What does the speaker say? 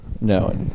No